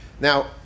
Now